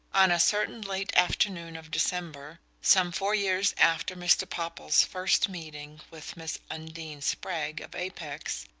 on a certain late afternoon of december, some four years after mr. popple's first meeting with miss undine spragg of apex,